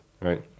right